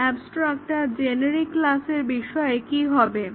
এখন এ্যবস্ট্রাক্ট আর জেনেরিক ক্লাসের বিষয়ে কি হবে